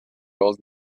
old